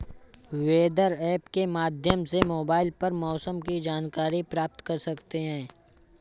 weather app के माध्यम से मोबाइल पर मौसम की जानकारी प्राप्त कर सकते हैं